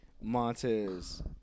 Montez